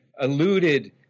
alluded